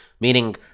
Meaning